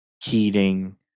Keating